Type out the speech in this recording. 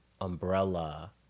umbrella